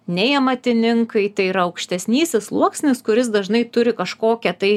nei amatininkai tai yra aukštesnysis sluoksnis kuris dažnai turi kažkokią tai